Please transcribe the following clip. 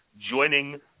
joining